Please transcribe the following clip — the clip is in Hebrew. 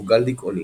או גל דיכאוני.